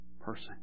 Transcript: person